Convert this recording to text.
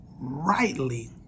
rightly